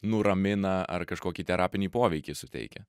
nuramina ar kažkokį terapinį poveikį suteikia